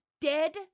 dead